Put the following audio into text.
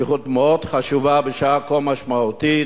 שליחות מאוד חשובה בשעה כה משמעותית,